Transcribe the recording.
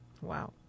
Wow